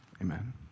amen